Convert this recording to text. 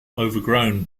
overgrown